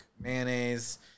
mayonnaise